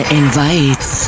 invites